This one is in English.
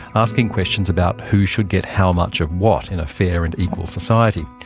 asking questions about who should get how much of what in a fair and equal society.